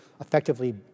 effectively